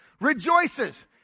rejoices